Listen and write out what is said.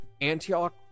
antioch